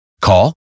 Call